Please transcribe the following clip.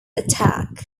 attack